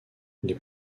les